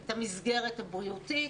את המסגרת הבריאותית,